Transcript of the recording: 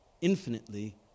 infinitely